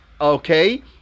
Okay